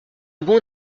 bon